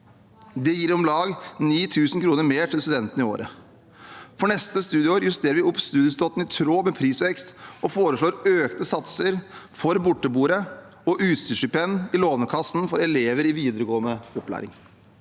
Det gir om lag 9 000 kr mer til studentene i året. For neste studieår justerer vi opp studiestøtten i tråd med prisvekst, og foreslår økte satser for borteboer- og utstyrsstipend i Lånekassen for elever i videregående opplæring.